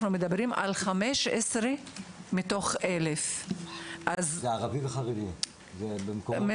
אנחנו מדברים על 15 מתוך 1,000. אשמח אם